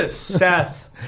Seth